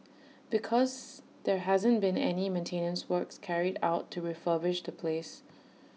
because there hasn't been any maintenance works carried out to refurbish the place